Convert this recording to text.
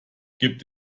gibt